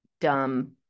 dumb